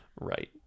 Right